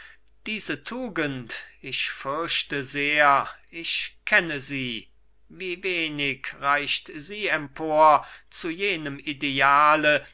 diese tugend ich fürchte sehr ich kenne sie wie wenig reicht sie empor zu jenem ideale